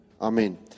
Amen